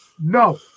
No